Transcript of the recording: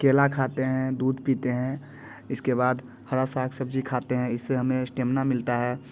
केला खाते हैं दूध पीते हैं हरा साग सब्जी खाते हैं इससे हमें इस्टेमिना मिलता है